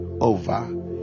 over